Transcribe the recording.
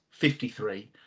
53